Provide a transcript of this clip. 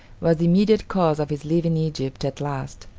was the immediate cause of his leaving egypt at last.